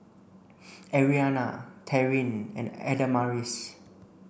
Arianna Taryn and Adamaris